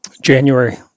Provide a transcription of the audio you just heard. January